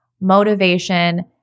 motivation